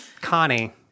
Connie